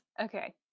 okay